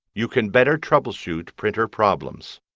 you can better troubleshoot printer problems.